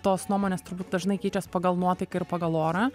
tos nuomonės turbūt dažnai keičias pagal nuotaiką ir pagal orą